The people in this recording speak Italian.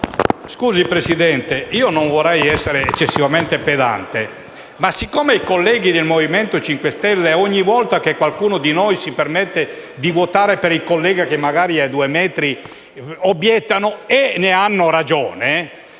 Presidente, non vorrei essere eccessivamente pedante, ma, siccome i colleghi del Movimento 5 Stelle ogni volta che qualcuno di noi si permette di votare per il collega, che magari è a due metri, obiettano e ne hanno ragione,